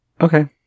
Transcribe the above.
Okay